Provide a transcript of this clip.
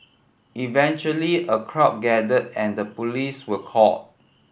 eventually a crowd gathered and police were called